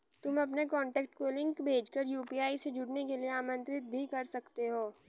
तुम अपने कॉन्टैक्ट को लिंक भेज कर यू.पी.आई से जुड़ने के लिए आमंत्रित भी कर सकते हो